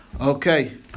Okay